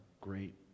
great